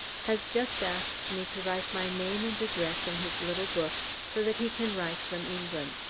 has just asked me to write my name and address in his little book so that he can write from england.